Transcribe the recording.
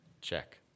Check